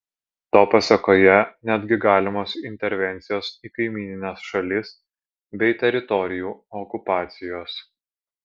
to pasėkoje netgi galimos intervencijos į kaimynines šalis bei teritorijų okupacijos